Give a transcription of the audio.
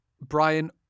Brian